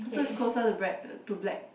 so it's closer to bread to black